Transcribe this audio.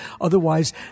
Otherwise